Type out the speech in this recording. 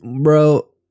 bro